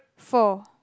four